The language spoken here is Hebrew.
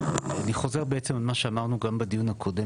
אני חוזר בעצם על מה שאמרנו גם בדיון הקודם